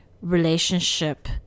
relationship